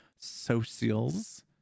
socials